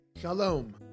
Shalom